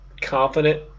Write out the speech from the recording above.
confident